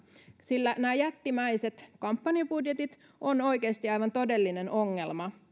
sillä nämä jättimäiset kampanjabudjetit ovat oikeasti aivan todellinen ongelma